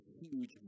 huge